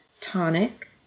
Tonic